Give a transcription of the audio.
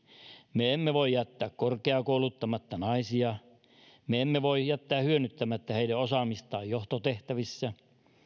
me emme voi jättää korkeakouluttamatta naisia me emme voi jättää hyödyntämättä heidän osaamistaan johtotehtävissä